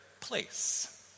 place